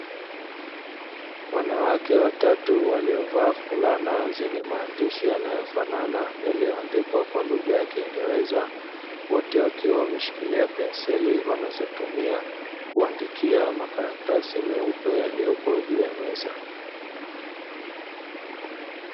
Wanawake watatu waliovaa fulana zenye maandishi yanayofanana yaliyoandikwa kwa lugha ya kiingereza, wote wakiwa wameshikilia penseli wanazotumia kuandikia makaratasi meupe yaliyopo juu ya meza.